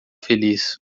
feliz